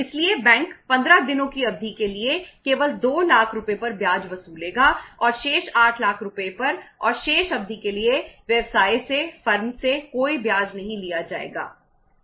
इसलिए बैंक 15 दिनों की अवधि के लिए केवल 2 लाख रुपये पर ब्याज वसूलेगा और शेष 8 लाख रुपये पर और शेष अवधि के लिए व्यवसाय से फर्म से कोई ब्याज नहीं लिया जाएगा